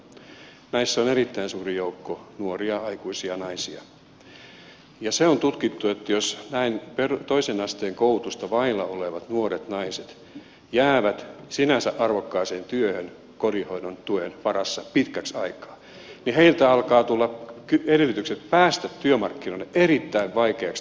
näissä on erittäin suuri joukko nuoria aikuisia naisia ja se on tutkittu että jos toisen asteen koulutusta vailla olevat nuoret naiset jäävät sinänsä arvokkaaseen työhön kotihoidon tuen varassa pitkäksi aikaa niin heiltä alkavat tulla edellytykset päästä työmarkkinoille erittäin vaikeiksi tulevaisuudessa